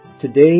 Today